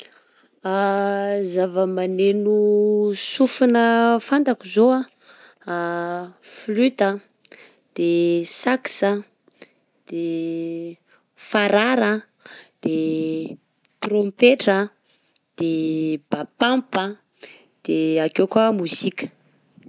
Zava-maneno sofina fantako zô a: flute a, de saksa a, de farara a, de trompetra, de bapampa, de ake koa mozika.